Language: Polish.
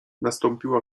nastąpiła